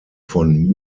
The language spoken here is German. von